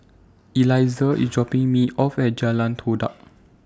Elizah IS dropping Me off At Jalan Todak